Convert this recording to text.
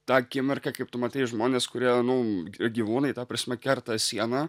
ta akimirka kaip tu matai žmones kurie nu ir gyvūnai ta prasme kerta sieną